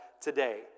today